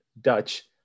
Dutch